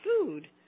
food